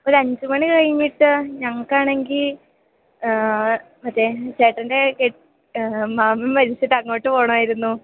ഒരഞ്ചു മണി കഴിഞ്ഞിട്ട് ഞങ്ങൾക്കാണെങ്കിൽ മറ്റേ ചേട്ടൻ്റെ മാമൻ മരിച്ചിട്ട് അങ്ങോട്ട് പോകണമായിരുന്നു